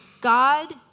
God